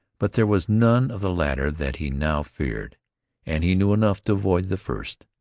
but there was none of the latter that he now feared and he knew enough to avoid the first,